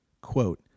Quote